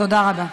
תודה רבה.